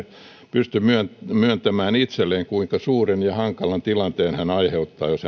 myöntämään itselleen kuinka suuren ja hankalan tilanteen hän aiheuttaa jos